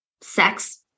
sex